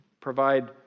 provide